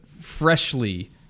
freshly